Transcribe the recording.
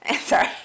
sorry